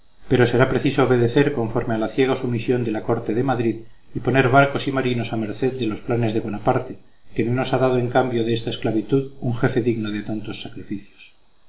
pero será preciso obedecer conforme a la ciega sumisión de la corte de madrid y poner barcos y marinos a merced de los planes de bonaparte que no nos ha dado en cambio de esta esclavitud un jefe digno de tantos sacrificios